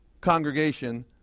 congregation